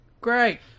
great